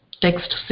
Text